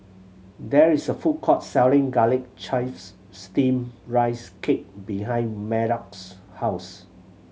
there is a food court selling Garlic Chives Steamed Rice Cake behind Maddox house